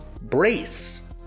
Brace